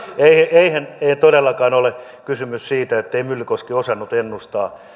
eihän todellakaan ole kysymys siitä ei myllykoski osannut ennustaa